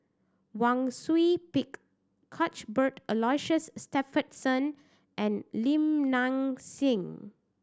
Wang Sui Pick Cuthbert Aloysius Shepherdson and Lim Nang Seng